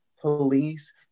police